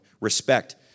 respect